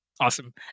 awesome